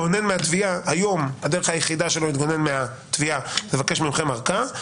כך שהיום הדרך היחידה שלו להתגונן מהתביעה היא לבקש מכם ארכה,